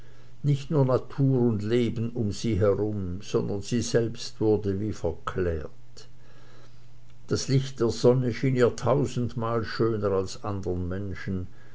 nicht nur natur und leben um sie herum sondern sie selbst wurde wie verklärt das licht der sonne schien ihr tausendmal schöner als andern menschen